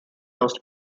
lost